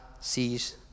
sees